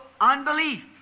unbelief